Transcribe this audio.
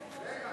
כדי שיהיה דיון.